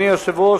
אדוני היושב-ראש,